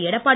Edappadi